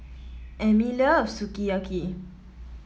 Emmie loves Sukiyaki